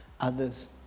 others